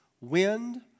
wind